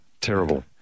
terrible